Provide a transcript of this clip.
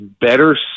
better